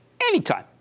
Anytime